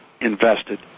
invested